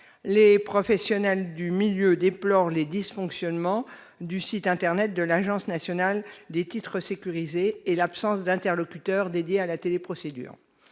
les professionnels du secteur déplorent les dysfonctionnements du site internet de l'Agence nationale des titres sécurisés et l'absence d'interlocuteurs dédiés à la téléprocédure.